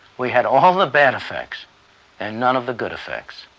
we had all the bad effects and none of the good effects.